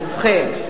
ובכן,